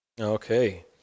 Okay